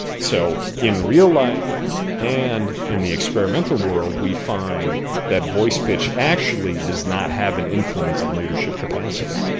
so in real life and in the experimental world, we find that voice pitch actually does not have an influence on leadership capacity